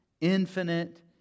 infinite